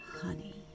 honey